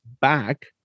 back